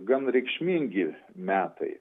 gan reikšmingi metai